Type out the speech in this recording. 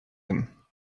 him